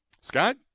Scott